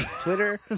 Twitter